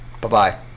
bye-bye